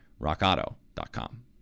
rockauto.com